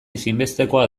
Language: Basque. ezinbestekoa